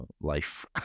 life